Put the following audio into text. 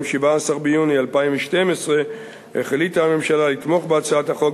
17 ביוני 2012 החליטה הממשלה לתמוך בהצעת החוק,